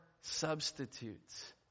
substitutes